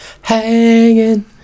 Hanging